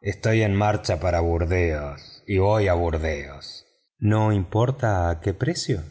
estoy en marcha para burdeos no importa a qué precio